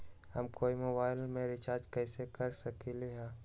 हम कोई मोबाईल में रिचार्ज कईसे कर सकली ह?